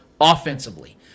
offensively